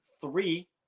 three